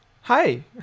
hi